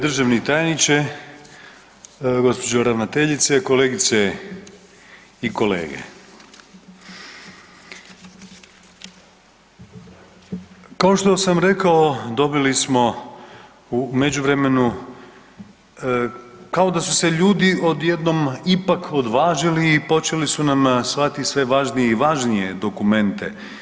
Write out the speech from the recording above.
Državni tajniče, gospođo ravnateljice, kolegice i kolege, kao što sam rekao dobili smo u međuvremenu kao da su se ljudi odjednom ipak odvažili i počeli su nam slati sve važnije i važnije dokumente.